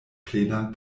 plenan